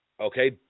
okay